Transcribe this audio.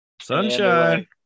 Sunshine